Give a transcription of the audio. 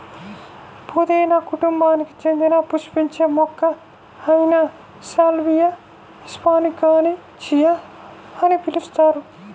పుదీనా కుటుంబానికి చెందిన పుష్పించే మొక్క అయిన సాల్వియా హిస్పానికాని చియా అని పిలుస్తారు